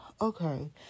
okay